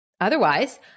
Otherwise